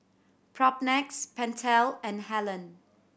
Propnex Pentel and Helen